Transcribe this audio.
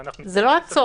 ואנחנו --- זה לא הצורך.